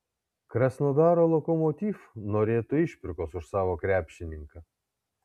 krasnodaro lokomotiv norėtų išpirkos už savo krepšininką